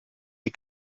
die